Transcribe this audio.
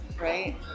right